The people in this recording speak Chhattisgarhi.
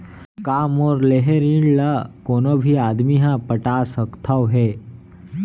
का मोर लेहे ऋण ला कोनो भी आदमी ह पटा सकथव हे?